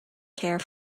care